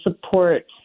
support